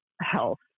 health